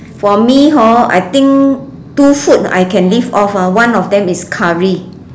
for me hor I think two food I can live off hor one of them is curry